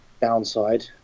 downside